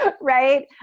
right